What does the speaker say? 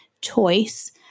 choice